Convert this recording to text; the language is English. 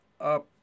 up